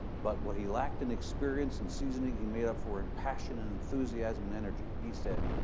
but what he lacked in experience and seasoning, he made up for in passion and enthusiasm and energy. he said,